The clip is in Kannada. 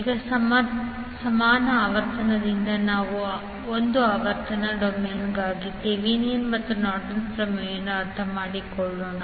ಈಗ ಸಮಾನ ಆವರ್ತನದಿಂದ ಒಂದು ಆವರ್ತನ ಡೊಮೇನ್ಗಾಗಿ ಥೆವೆನಿನ್ ಮತ್ತು ನಾರ್ಟನ್ ಪ್ರಮೇಯವನ್ನು ಅರ್ಥಮಾಡಿಕೊಳ್ಳೋಣ